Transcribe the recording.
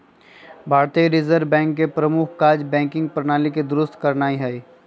भारतीय reserve bank के प्रमुख काज़ बैंकिंग प्रणाली के दुरुस्त रखनाइ हइ